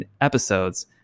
episodes